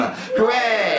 Hooray